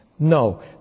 No